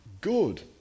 good